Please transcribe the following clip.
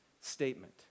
statement